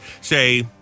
say